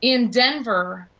in denver,